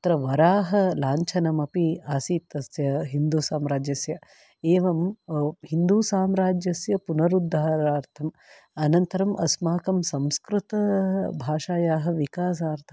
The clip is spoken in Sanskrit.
तत्र वराहलाञ्छनम् अपि आसीत् तस्य हिन्दूसाम्राज्यस्य एवं हिन्दूसाम्राज्यस्य पुनरुद्धारणार्थम् अनन्तरम् अस्माकं संस्कृतभाषायाः विकासार्थम्